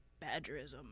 badgerism